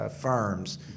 firms